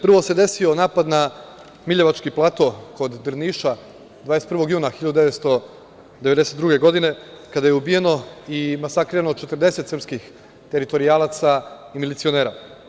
Prvo se desio napad na Miljevački plato kod Drniša 21. juna 1992. godine, kada je ubijeno i masakrirano 40 srpskih teritorijalaca i milicionera.